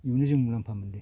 इनो जों मुलाम्फा मोनदो